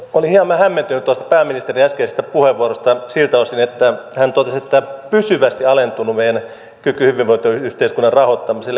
olen hieman hämmentynyt tuosta pääministerin äskeisestä puheenvuorosta siltä osin että hän totesi että on pysyvästi alentunut meidän kykymme hyvinvointiyhteiskunnan rahoittamiseen